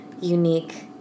unique